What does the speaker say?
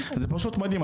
זה פשוט מדהים,